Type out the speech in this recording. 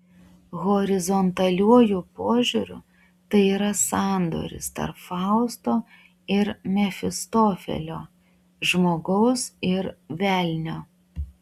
horizontaliuoju požiūriu tai yra sandoris tarp fausto ir mefistofelio žmogaus ir velnio